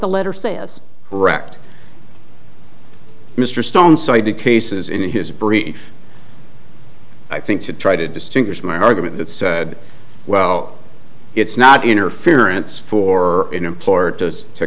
the letter sales correct mr stone so i did cases in his brief i think to try to distinguish my argument that said well it's not interference for an employer